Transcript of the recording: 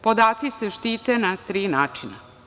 Podaci se štite na tri načina.